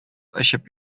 очып